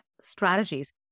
strategies